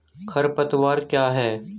खरपतवार क्या है?